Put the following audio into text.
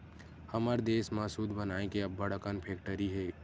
हमर देस म सूत बनाए के अब्बड़ अकन फेकटरी हे